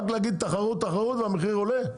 רק להגיד תחרות תחרות והמחיר עולה?